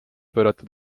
pöörata